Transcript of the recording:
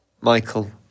Michael